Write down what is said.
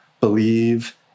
believe